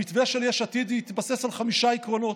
המתווה של יש עתיד התבסס על חמישה עקרונות: